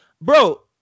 bro